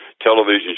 television